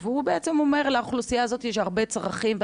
והוא בעצם אומר שלאוכלוסייה הזאת יש הרבה צרכים,